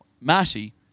Matty